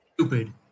stupid